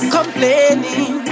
Complaining